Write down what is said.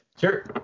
Sure